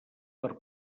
per